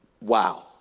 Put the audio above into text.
Wow